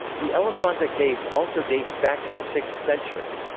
the elephanta caves also dates back to the sixth century.